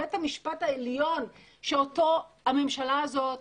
בית המשפט העליון שאותו הממשלה הזאת,